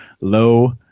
low